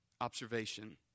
observation